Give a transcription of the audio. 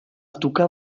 tocar